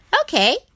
Okay